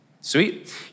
Sweet